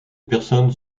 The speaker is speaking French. personnes